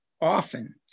often